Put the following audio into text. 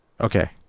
Okay